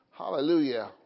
Hallelujah